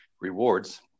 rewards